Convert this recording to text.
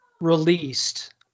released